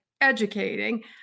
educating